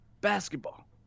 Basketball